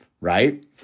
Right